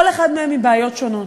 כל אחד מהם עם בעיות שונות.